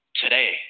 today